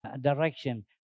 direction